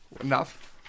Enough